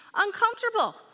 uncomfortable